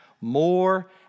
more